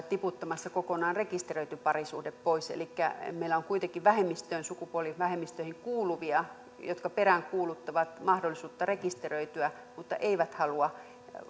tiputtamassa kokonaan rekisteröity parisuhde pois elikkä meillä on kuitenkin sukupuolivähemmistöihin kuuluvia jotka peräänkuuluttavat mahdollisuutta rekisteröityä mutta